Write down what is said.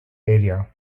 area